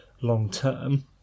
long-term